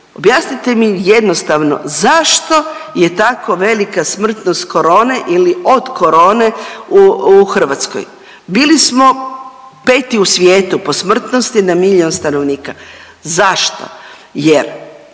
objasnite mi jednostavno zašto je tako velik smrtnost korone ili od korone u Hrvatskoj? Bili smo peti u svijetu po smrtnosti na miljon stanovnika. Zašto? Jer